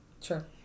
Sure